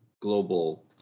global